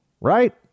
Right